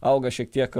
auga šiek tiek